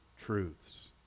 truths